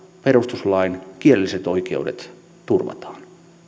perustuslain kielelliset oikeudet turvataan